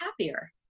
happier